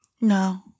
No